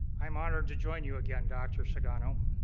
i'm honored to join you again dr. sugano